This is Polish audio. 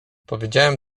powiedziałem